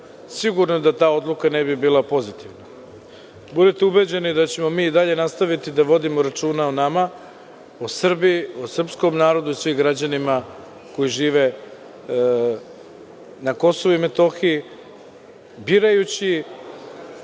sigurno da ta odluka ne bi bila pozitivna. Budite ubeđeni da ćemo mi i dalje nastaviti da vodimo računa o nama, o Srbiji, o srpskom narodu i svim građanima koji žive na Kosovu i Metohiji, birajući